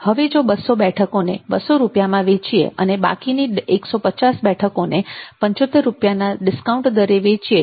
યીલ્ડઉપજ 25075 37 250200 હવે જો 200 બેઠકોને 200 રૂપિયામાં વેચીએ અને બાકીની 150 બેઠકોને 75 રૂપિયાના ડિસ્કાઉન્ટ દરે વેચીએ તો ઉપજની ગણતરી નીચે પ્રમાણે થાય છે